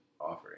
offering